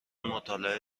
مطالعه